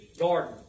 garden